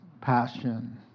passion